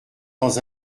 dans